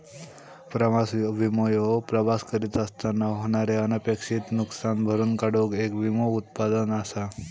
प्रवास विमो ह्यो प्रवास करीत असताना होणारे अनपेक्षित नुसकान भरून काढूक येक विमो उत्पादन असा